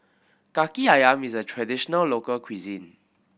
Kaki Ayam is a traditional local cuisine